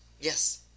Yes